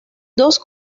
dos